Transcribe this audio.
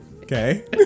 Okay